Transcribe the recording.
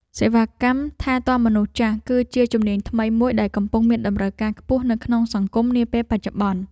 សេវាកម្មថែទាំមនុស្សចាស់ គឺជាជំនាញថ្មីមួយដែលកំពុងមានតម្រូវការខ្ពស់នៅក្នុងសង្គមនាពេលបច្ចុប្បន្ន។